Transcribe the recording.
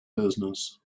business